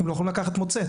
הם לא יכולים לקחת מוצץ.